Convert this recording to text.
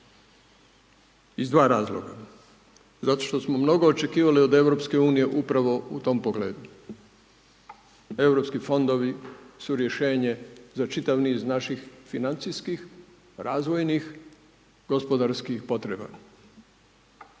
iz dva razloga. Zato što smo mnogo očekivali od Europske unije upravo u tom pogledu, europski fondovi su rješenje za čitav niz naših financijskih, razvojnih, gospodarskih potreba,